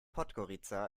podgorica